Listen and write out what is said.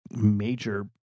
major